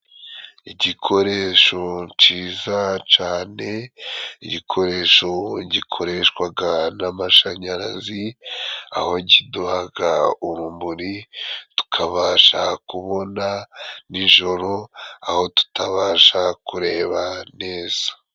Igikoresho ciza cane igikoresho gikoreshwaga n'amashanyarazi aho kiduhaga urumuri tukabasha kubona n'ijoro aho tutabasha kureba neza.